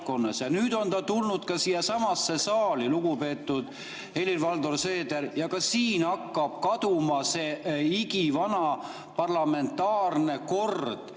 nüüd on ta tulnud siiasamasse saali, lugupeetud Helir-Valdor Seeder, ja ka siin on hakanud kaduma igivana parlamentaarne kord,